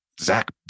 zach